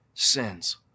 sins